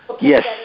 Yes